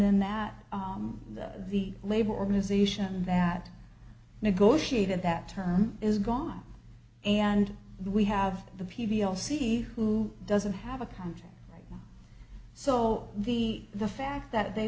then that the labor organization that negotiated that term is gone and we have the pv all see who doesn't have a contract so the the fact that they